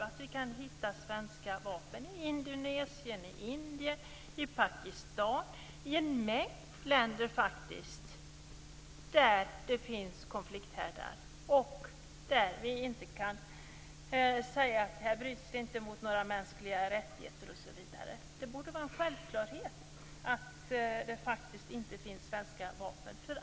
Nu kan man hitta svenska vapen i Indonesien, i Indien, i Pakistan och i en mängd länder där det finns konflikthärdar och där man inte kan säga att det inte bryts mot några mänskliga rättigheter osv. Det borde vara en självklarhet att det inte finns några svenska vapen.